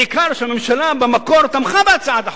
בעיקר שהממשלה במקור תמכה בהצעת החוק.